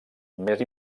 més